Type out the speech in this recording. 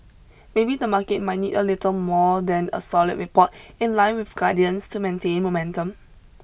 maybe the market might need a little more than a solid report in line with guidance to maintain momentum